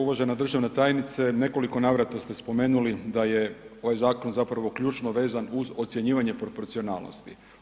Uvažena državna tajnice, u nekoliko navrata ste spomenuli da je ovaj zakon zapravo ključno vezan uz ocjenjivanje proporcionalnosti.